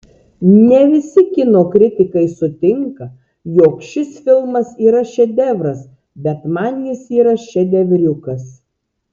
ne visi kino kritikai sutinka jog šis filmas yra šedevras bet man jis yra šedevriukas